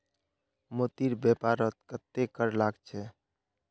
मोतीर व्यापारत कत्ते कर लाग छ